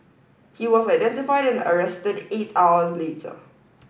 he was identified and arrested eight hours later